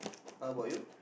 how about you